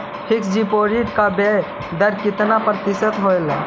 Fix deposit का ब्याज दर कितना प्रतिशत होब है?